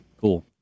cool